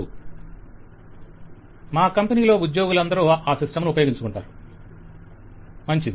client మా కంపెనిలోని ఉద్యోగులందరూ ఆ సిస్టం ను ఉపయోగించుకుంటారు వెండర్ మంచిది